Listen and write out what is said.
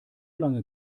lange